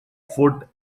foot